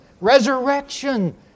Resurrection